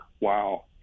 wow